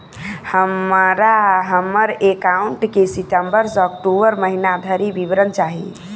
हमरा हम्मर एकाउंट केँ सितम्बर सँ अक्टूबर महीना धरि विवरण चाहि?